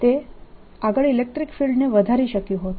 તે આગળ ઈલેક્ટ્રીકલ ફિલ્ડને વધારી શક્યું હોત